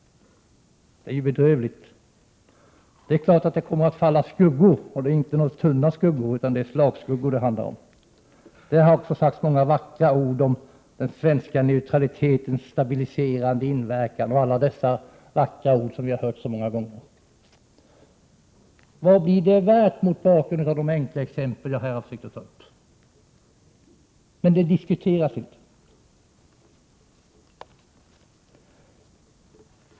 Det är bedrövligt! Det är klart att det kommer att falla en skugga över vår trovärdighet, och det är inte någon tunn skugga utan en slagskugga. Det har också sagts mycket om den svenska neutralitetens stabiliserande inverkan och andra vackra ord som vi har hört många gånger förr. Vad blir det värt mot bakgrund av de enkla exempel jag här har försökt belysa? Det diskuteras inte.